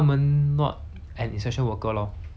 you get what I mean that's my point of view lah like